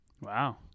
Wow